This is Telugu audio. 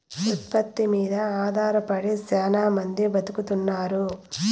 ఉత్పత్తి మీద ఆధారపడి శ్యానా మంది బతుకుతున్నారు